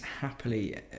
happily